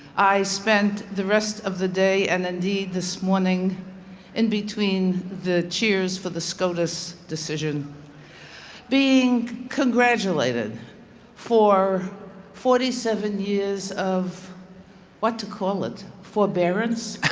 i spent the rest of the day and, indeed, this morning in between the cheers for the scotus decision being congratulated for forty seven years of what to call it, forbearance?